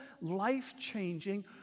life-changing